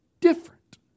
different